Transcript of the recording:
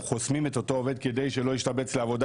אנחנו חוסמים את אותו עובד כדי שלא השתבץ לעבודה